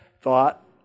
thought